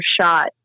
shot